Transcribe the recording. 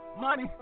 Money